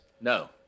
No